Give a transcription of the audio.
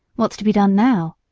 what's to be done now?